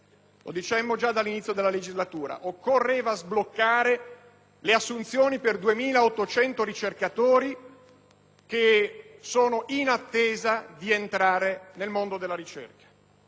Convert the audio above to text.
come dicemmo già dall'inizio della legislatura, occorreva sbloccare le assunzioni per 2.800 ricercatori che sono in attesa di entrare nel mondo della ricerca.